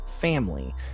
family